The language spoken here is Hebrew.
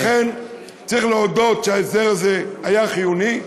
ולכן, צריך להודות שההסדר הזה היה חיוני,